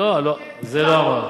לא, את זה לא אמרתי.